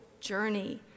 journey